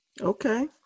Okay